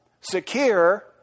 secure